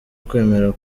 kwemera